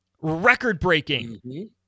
record-breaking